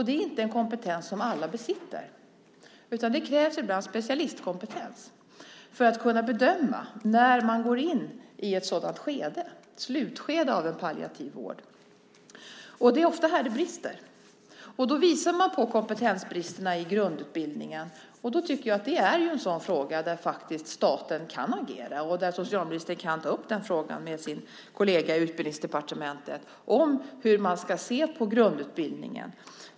Det är inte en kompetens som alla besitter, utan det krävs ibland specialistkompetens för att kunna bedöma när man går in i ett sådant skede, i ett slutskede av en palliativ vård. Det är ofta här som det brister. Då visar man på kompetensbristerna i grundutbildningen. Jag tycker att det är en sådan fråga där staten faktiskt kan agera. Socialministern kan ta upp frågan om hur man ska se på grundutbildningen med sin kollega i Utbildningsdepartementet.